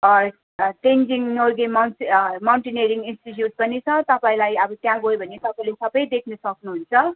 तेन्जिङ नर्गे मौउ mountaineering institute पनि छ तपाईँलाई अब त्यहाँ गयो भने अब तपाईँले सबै देख्नु सक्नु हुन्छ